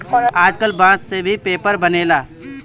आजकल बांस से भी पेपर बनेला